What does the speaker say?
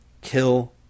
kill